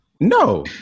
No